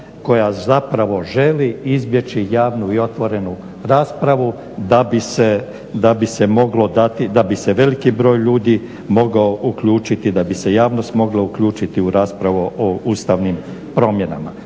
koja zapravo želi izbjeći javnu i otvorenu raspravu da bi se moglo dati, da bi se veliki broj ljudi mogao uključiti, da bi se javnost mogla uključiti u raspravu o ustavnim promjenama.